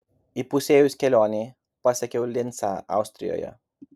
įpusėjus kelionei pasiekiau lincą austrijoje